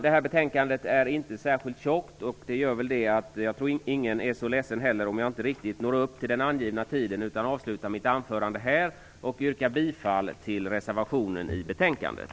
Det här betänkandet är inte särskilt tjockt. Jag tror inte att någon blir särskilt ledsen om jag inte utnyttjar hela min angivna talartid utan avslutar mitt anförande nu. Jag yrkar därmed bifall till reservationen till betänkandet.